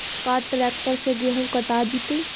का ट्रैक्टर से गेहूं कटा जितै?